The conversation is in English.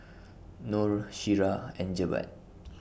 Nor Syirah and Jebat